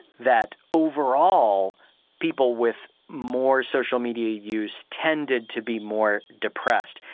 that overall people with more social media use tended to be more depressed.